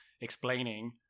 explaining